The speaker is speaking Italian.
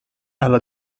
alla